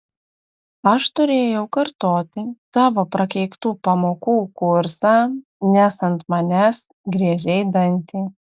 aš turėjau kartoti tavo prakeiktų pamokų kursą nes ant manęs griežei dantį